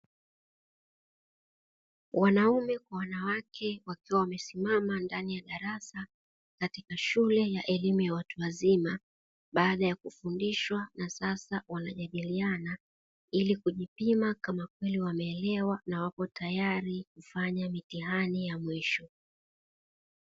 Wanaume kwa wanawake wakiwa wamesimama ndani ya darasa katika shule ya elimu ya watu wazima, baada ya kufundishwa na sasa wanajadiliana ili kujipima kama kweli wameelewa na wako tayari kufanya mitihani ya mwisho.